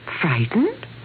Frightened